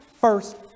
first